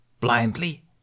blindly